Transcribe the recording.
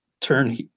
turn